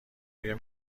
آیا